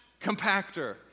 compactor